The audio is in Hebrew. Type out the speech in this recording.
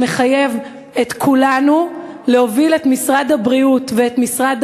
שמחייב את כולנו להוביל את משרד הבריאות ואת משרד